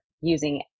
using